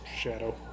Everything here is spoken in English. Shadow